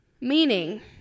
Meaning